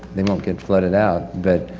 they won't get flooded out but